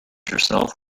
yourself